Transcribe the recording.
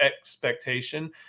expectation